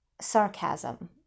sarcasm